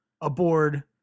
aboard